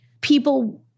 people